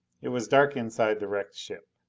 it was dark inside the wrecked ship.